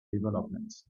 developments